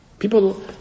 People